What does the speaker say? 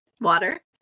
water